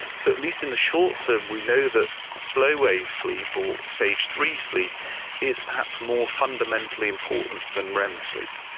so at least in the short term we know that slow wave sleep or stage three sleep is perhaps more fundamentally important than rem sleep.